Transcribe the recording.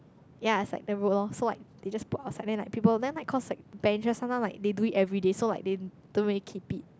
ya is like the road loh so like they just put outside then like people then like cause like benches sometimes like they do it everyday so they don't really keep it